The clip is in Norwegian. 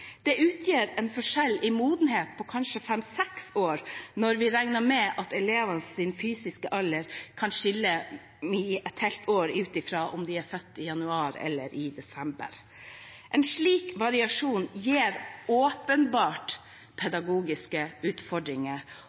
Det utgjør en forskjell i modenhet fra fem år til seks år når vi regner med at elevenes fysiske alder kan skille et helt år ut fra om de er født i januar eller i desember. En slik variasjon gir åpenbart pedagogiske utfordringer